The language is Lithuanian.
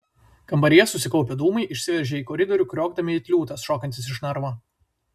kambaryje susikaupę dūmai išsiveržė į koridorių kriokdami it liūtas šokantis iš narvo